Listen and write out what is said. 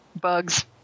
Bugs